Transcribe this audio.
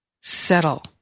settle